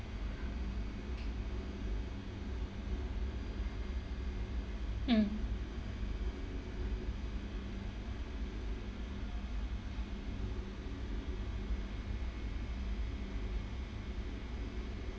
mm